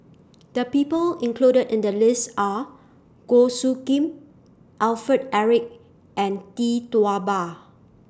The People included in The list Are Goh Soo Khim Alfred Eric and Tee Tua Ba